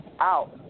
out